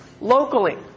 locally